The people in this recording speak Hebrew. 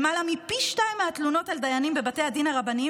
למעלה מפי שניים מהתלונות על דיינים בבתי הדין הרבניים